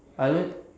I would